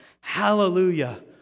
hallelujah